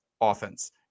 offense